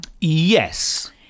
Yes